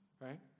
right